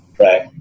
right